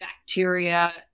bacteria